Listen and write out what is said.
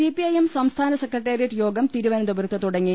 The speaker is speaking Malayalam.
സിപിഐഎം സംസ്ഥാന സെക്രട്ടറിയേറ്റ് യോഗം് തിരുവന ന്തപുരത്ത് തുടങ്ങി